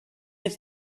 its